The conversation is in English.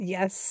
Yes